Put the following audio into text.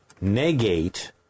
negate